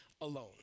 alone